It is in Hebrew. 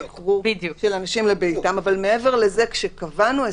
הרי המלונות היו מצוינים.